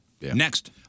Next